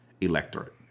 electorate